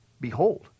Behold